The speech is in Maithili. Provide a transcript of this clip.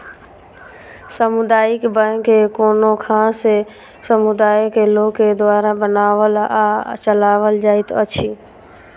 सामुदायिक बैंक कोनो खास समुदायक लोक द्वारा बनाओल आ चलाओल जाइत अछि